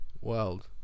world